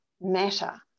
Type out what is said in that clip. matter